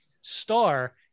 Star